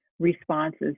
responses